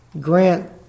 Grant